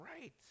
right